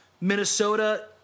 Minnesota